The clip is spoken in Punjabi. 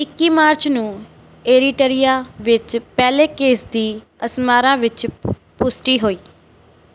ਇੱਕੀ ਮਾਰਚ ਨੂੰ ਏਰੀਟਰੀਆ ਵਿੱਚ ਪਹਿਲੇ ਕੇਸ ਦੀ ਅਸਮਾਰਾ ਵਿੱਚ ਪੁਸ਼ਟੀ ਹੋਈ